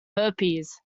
herpes